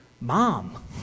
mom